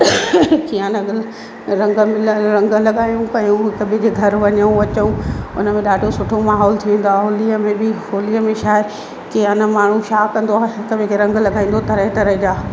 की आ न भई रंग में रंग लॻायूं कयूं सभिनि जे घर वञूं अचूं उनमें ॾाढो सुठो माहोलु थींदो आहे होली में बि होलीअ में छा आहे की आ न माण्हू छा कंदो आहे हिक ॿिए खे रंग लगाईंदो तरह तरह जा